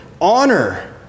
honor